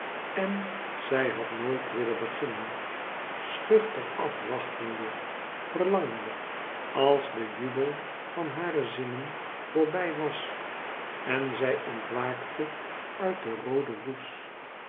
en zij had nooit willen beginnen schuchter afwachtende verlangende als de jubel van hare zinnen voorbij was en zij ontwaakte uit den rooden roes